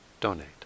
donate